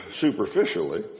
superficially